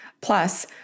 Plus